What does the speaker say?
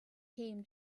came